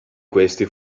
questi